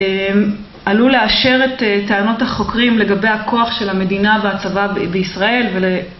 עלול לאשר את טענות החוקרים לגבי הכוח של המדינה והצבא בישראל ול...